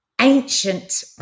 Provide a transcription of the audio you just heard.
ancient